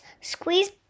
squeeze